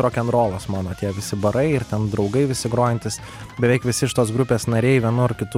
rokenrolas mano tie visi barai ir ten draugai visi grojantys beveik visi šitos grupės nariai vienu ar kitu